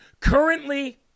currently